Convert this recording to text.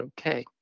okay